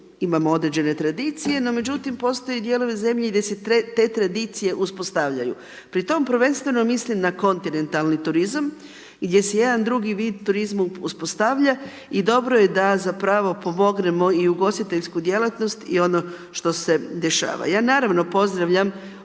imamo određene tradicije. No međutim, postoje dijelovi zemlje gdje se te tradicije uspostavljaju. Pri tome prvenstveno mislim na kontinentalni turizam gdje se jedan drugi vid turizma uspostavlja i dobro je da zapravo pomognemo i ugostiteljsku djelatnost i ono što se dešava. Ja naravno pozdravljam